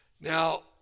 Now